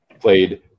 Played